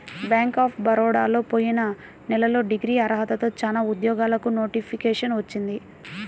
bank of బరోడాలో పోయిన నెలలో డిగ్రీ అర్హతతో చానా ఉద్యోగాలకు నోటిఫికేషన్ వచ్చింది